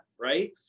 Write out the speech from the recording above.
right